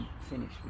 finish